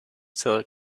seller